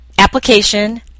Application